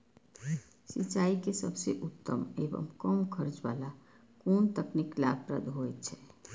सिंचाई के सबसे उत्तम एवं कम खर्च वाला कोन तकनीक लाभप्रद होयत छै?